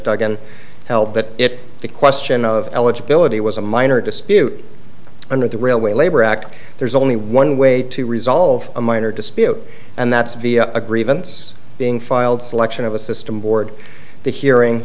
duggan held that it the question of eligibility was a minor dispute under the railway labor act there's only one way to resolve a minor dispute and that's via a grievance being filed selection of a system board the hearing